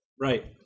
Right